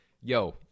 yo